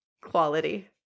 Quality